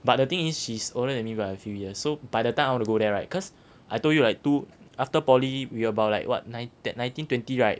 but the thing is she is older than me by a few years so by the time I wanna go there right cause I told you right two after poly we about like [what] nine nineteen twenty right